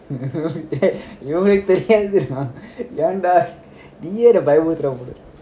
இவனுக்கு தெரியாதது என்ன ஏன் டா நீயே என்ன பயமுறுத்துற:ivanuku theriyathunu enna yen da neeye enna payamuruthura